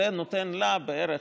זה נותן לה בערך,